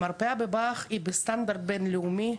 המרפאה בבא"ח היא בסטנדרט בין-לאומי,